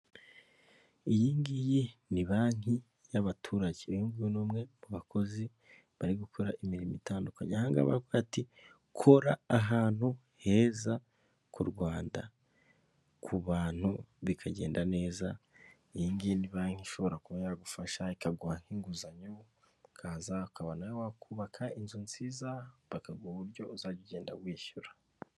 Iyi ngiyi ni banki y'abaturage uyu nguyu ni umwe mu bakozi bari gukora imirimo itandukanye aha ngaha bari kuvuga bati: '' Kora ahantu heza ku Rwanda ku bantu bikagenda neza.'' Iyi ngiyi ni banki ishobora kuba yagufasha ikaguha nk'inguzanyo ukaza ukaba nawe wakubaka inzu nziza bakaguha uburyo uzajya ugenda wishyura.